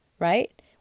right